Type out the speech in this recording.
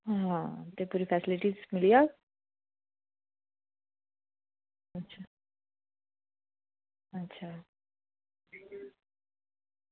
आं ते पूरी फेस्लिटी मिली जाह्ग